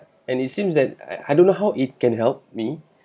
and it seems that I I don't know how it can help me